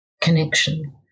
connection